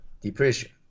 Depression